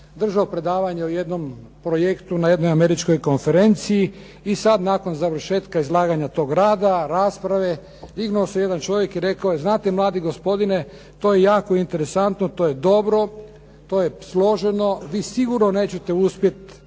držao predavanje o jednom projektu na jednoj američkoj konferenciji i sad nakon završetka izlaganja tog rada, rasprave dignuo se jedan čovjek i rekao je, znate mladi gospodine, to je jako interesantno, to je dobro, to je složeno. Vi sigurno nećete uspjeti